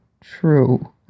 true